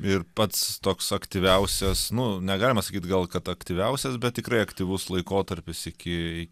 ir pats toks aktyviausias nu negalima sakyt gal kad aktyviausias bet tikrai aktyvus laikotarpis iki